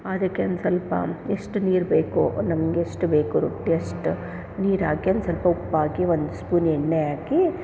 ಅದಕ್ಕೆ ಒಂದು ಸ್ವಲ್ಪ ಎಷ್ಟು ನೀರು ಬೇಕೋ ನಮಗೆಷ್ಟು ಬೇಕು ರೊಟ್ಟಿ ಅಷ್ಟು ನೀರಾಕಿ ಅದಕ್ಕೆ ಸ್ವಲ್ಪ ಉಪ್ಪಾಕಿ ಒಂದು ಸ್ಪೂನ್ ಎಣ್ಣೆ ಹಾಕಿ